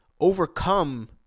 overcome